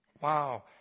Wow